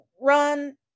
run